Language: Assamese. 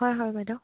হয় হয় বাইদেউ